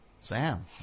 Sam